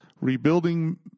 rebuilding